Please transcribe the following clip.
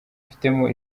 ifitemo